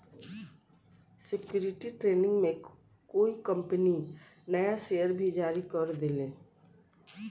security training में कोई company नया शेयर भी जारी कर देले